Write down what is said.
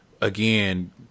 again